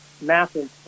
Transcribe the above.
massive